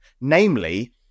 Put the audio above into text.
Namely